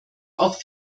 auch